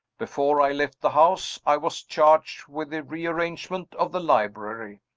before i left the house, i was charged with the rearrangement of the library.